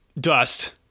dust